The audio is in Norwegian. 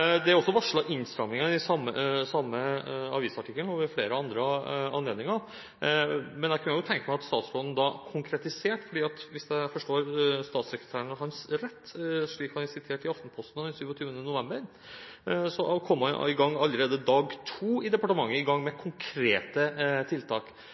Det er også varslet innstramminger i samme avisartikkel og ved flere andre anledninger, men jeg kunne godt tenke meg at statsråden konkretiserte dette. Hvis jeg forstår statssekretæren hans rett, slik han er sitert i Aftenposten den 27. november, kom man allerede dag to i gang i departementet med konkrete tiltak.